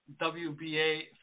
WBA